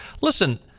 Listen